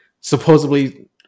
supposedly